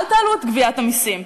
אל תעלו את גביית המסים,